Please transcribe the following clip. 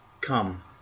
come